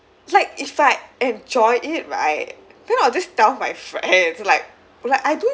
like if I enjoy it right then I'll just tell my friend like like I don't